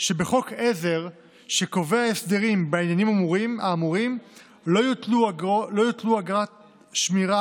שבחוק עזר שקובע הסדרים בעניינים האמורים לא יוטלו אגרת שמירה